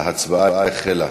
ההצבעה החלה.